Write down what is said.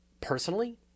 personally